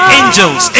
angels